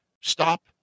stop